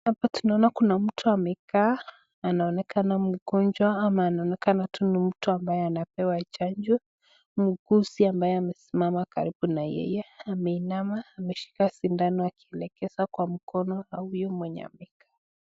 Hapa tunaona kuna mtu amekaa anaonekana mgonjwa ,ama anaonekana tu ni mtu ambaye anapewa chanjo . Muuguzi ambaye amesimama karibu na yeye, ameinama ameshika sindano akielekeza kwa mkono wa huyo mwenye amekaa.